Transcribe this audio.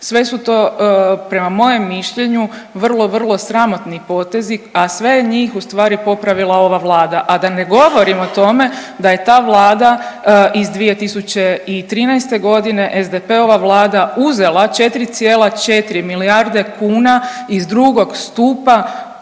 Sve su to prema mojem mišljenju vrlo vrlo sramotni potezi, a sve je njih ustvari popravila ova Vlada, a da ne govorim o tome da je ta Vlada iz 2013.g., SDP-ov Vlada, uzela 4,4 milijarde kuna iz drugog stupa